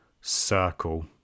circle